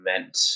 meant